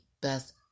best